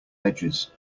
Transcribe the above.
edges